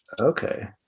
Okay